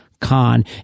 Khan